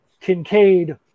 Kincaid